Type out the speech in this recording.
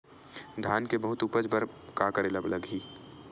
धान के बहुत उपज बर का करेला लगही?